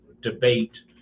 debate